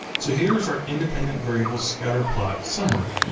so here's our independent variables scatterplot summary.